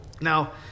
Now